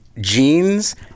jeans